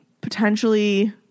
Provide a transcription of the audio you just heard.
potentially